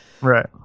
Right